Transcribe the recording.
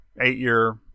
eight-year